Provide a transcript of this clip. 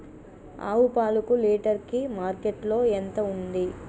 ఆవు పాలకు లీటర్ కి మార్కెట్ లో ఎంత ఉంది?